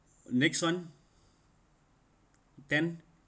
next [one]